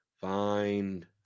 find